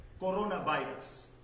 coronavirus